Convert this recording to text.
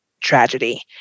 tragedy